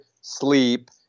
sleep